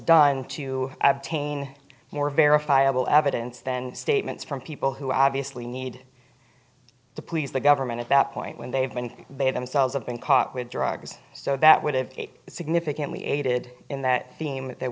done to obtain more verifiable evidence than statements from people who obviously need the police the government at that point when they've been they themselves have been caught with drugs so that would have significantly aided in that theme that